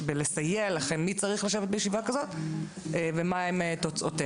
ויסייעו לכם לגבי השאלה מי צריך לשבת בישיבה כזאת ומהם תוצאותיה.